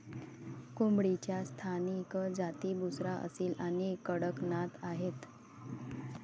कोंबडीच्या स्थानिक जाती बुसरा, असील आणि कडकनाथ आहेत